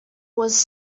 was